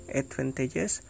advantages